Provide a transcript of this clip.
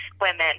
women